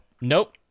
Nope